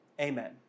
Amen